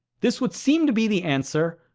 this would seem to be the answer,